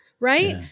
right